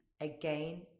Again